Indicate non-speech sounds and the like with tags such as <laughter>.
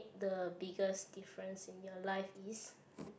the biggest difference in your life is <breath>